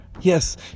Yes